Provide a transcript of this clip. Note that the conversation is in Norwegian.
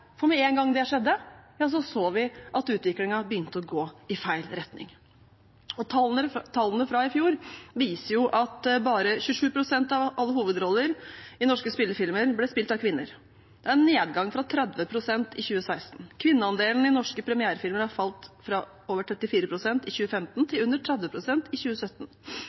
for med én gang det skjedde, så vi at utviklingen begynte å gå i feil retning. Tallene fra i fjor viser at bare 27 pst. av alle hovedroller i norske spillefilmer ble spilt av kvinner. Det er en nedgang fra 30 pst. i 2016. Kvinneandelen i norske premierefilmer har falt fra over 34 pst. i 2015 til under 30 pst. i 2017.